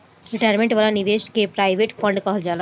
retirement वाला निवेश के प्रोविडेंट फण्ड कहल जाला